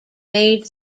made